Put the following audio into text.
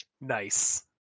Nice